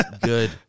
Good